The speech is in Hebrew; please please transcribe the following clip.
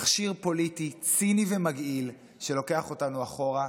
מכשיר פוליטי ציני ומגעיל שלוקח אותנו אחורה.